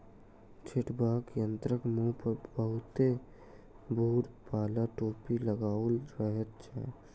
छिटबाक यंत्रक मुँह पर बहुते भूर बाला टोपी लगाओल रहैत छै